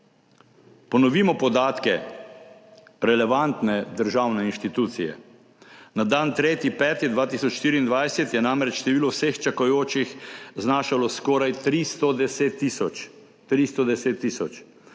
Ponovimo podatke relevantne državne institucije. Na dan 3. 5. 2024 je namreč število vseh čakajočih znašalo skoraj 310 tisoč,